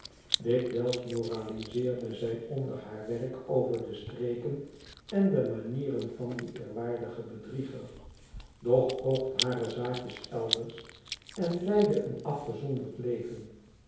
dikwijls moraliseerde zij onder haar werk over de streken en de manieren van dien eerwaardigen bedrieger doch kocht hare zaakjes elders en leidde een afgezonderd leven